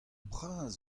bras